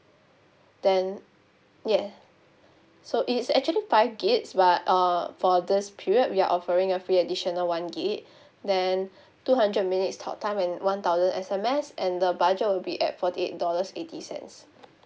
then yeah so it's actually five gigs but uh for this period we are offering a free additional one gig then two hundred minutes talk time and one thousand S_M_S and the budget will be at forty eight dollars eighty cents